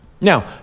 Now